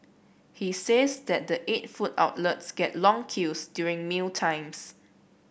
he says that the eight food outlets get long queues during mealtimes